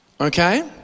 Okay